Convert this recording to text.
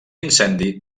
incendi